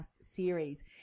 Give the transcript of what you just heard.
series